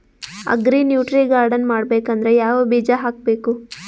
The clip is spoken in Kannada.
ಅಗ್ರಿ ನ್ಯೂಟ್ರಿ ಗಾರ್ಡನ್ ಮಾಡಬೇಕಂದ್ರ ಯಾವ ಬೀಜ ಹಾಕಬೇಕು?